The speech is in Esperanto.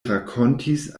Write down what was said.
rakontis